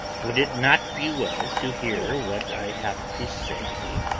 would it not be well to hear what i have to say?